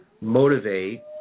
motivate